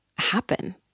happen